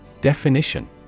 Definition